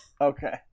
Okay